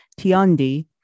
Tiandi